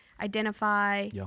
identify